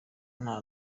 nta